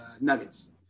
Nuggets